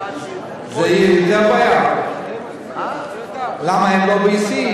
מה, הם לא ב-EC?